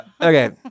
Okay